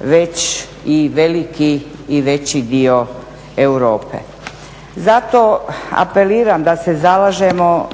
već i veliki i veći dio Europe. Zato apeliram da se zalažemo